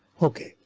ok,